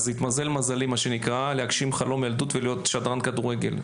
התמזל מזלי להגשים חלום ילדות ולהיות שדרן כדורגל.